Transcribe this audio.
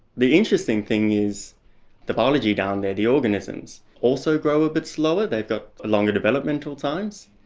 the interesting thing is the biology down there, the organisms, also grow a bit slower, they've got longer developmental times,